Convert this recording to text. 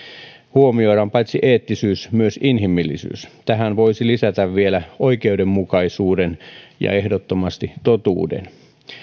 huomioidaan paitsi eettisyys myös inhimillisyys tähän voisi lisätä vielä oikeudenmukaisuuden ja ehdottomasti totuuden